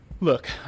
look